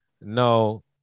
No